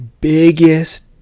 biggest